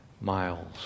miles